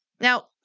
Now